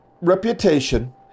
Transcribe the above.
reputation